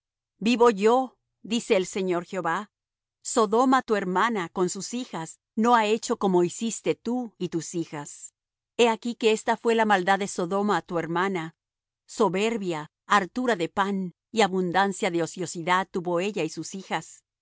vivo yo dice el señor jehová sodoma tu hermana con sus hijas no ha hecho como hiciste tú y tus hijas he aquí que esta fué la maldad de sodoma tu hermana soberbia hartura de pan y abundancia de ociosidad tuvo ella y sus hijas